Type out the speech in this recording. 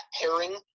pairing